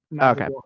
Okay